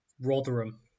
Rotherham